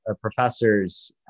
professors